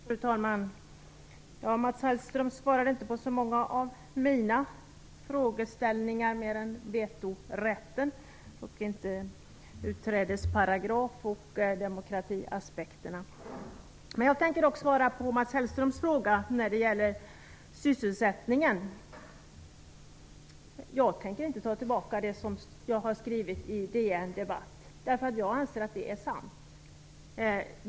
Fru talman! Mats Hellström svarade inte på så många av mina frågor mer än den om vetorätten. Dock sade han inte något om aspekterna på utträdesparagraf eller demokrati. Jag tänker dock svara på Mats Hellströms fråga om sysselsättningen. Jag tänker inte ta tillbaka det jag har skrivit på DN Debatt, därför att jag anser att det är sant.